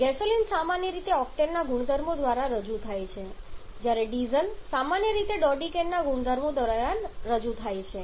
gasoline સામાન્ય રીતે ઓક્ટેનના ગુણધર્મો દ્વારા રજૂ થાય છે જ્યારે ડીઝલ સામાન્ય રીતે ડોડીકેનના ગુણધર્મો દ્વારા રજૂ થાય છે